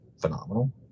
phenomenal